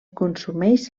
consumeix